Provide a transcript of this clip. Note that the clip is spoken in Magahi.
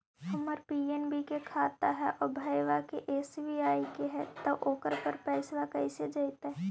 हमर पी.एन.बी के खाता है और भईवा के एस.बी.आई के है त ओकर पर पैसबा कैसे जइतै?